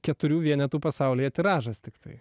keturių vienetų pasaulyje tiražas tiktai